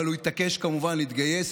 אבל הוא התעקש כמובן להתגייס,